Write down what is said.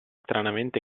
stranamente